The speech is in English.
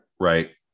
right